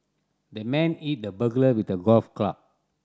the man hit the burglar with a golf club